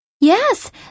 Yes